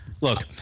Look